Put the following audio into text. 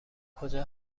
کجا